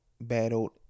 battled